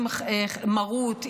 אם מרות,